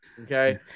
Okay